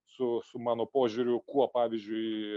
su su mano požiūriu kuo pavyzdžiui